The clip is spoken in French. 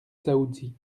dzaoudzi